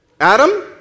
Adam